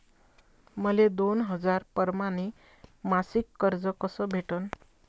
मले दोन हजार परमाने मासिक कर्ज कस भेटन?